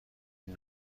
این